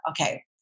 okay